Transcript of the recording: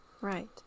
Right